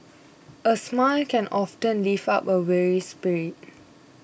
a smile can often lift up a weary spirit